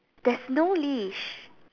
there's no leash